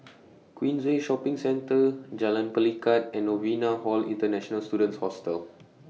Queensway Shopping Centre Jalan Pelikat and Novena Hall International Students Hostel